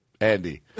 Andy